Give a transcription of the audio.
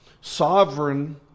sovereign